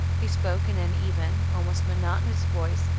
he spoke in an even, almost monotonous voice,